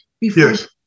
Yes